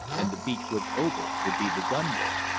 and the beech-wood oval would be the gunwale.